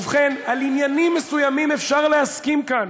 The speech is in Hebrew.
ובכן, על עניינים מסוימים אפשר להסכים כאן.